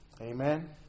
Amen